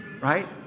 right